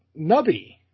Nubby